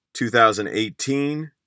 2018